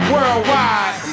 Worldwide